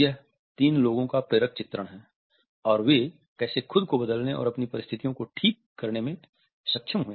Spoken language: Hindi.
यह तीन लोगों का प्रेरक चित्रण है और वे कैसे खुद को बदलने और अपनी परिस्थिओं को को ठीक करने में सक्षम हुए